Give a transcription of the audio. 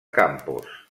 campos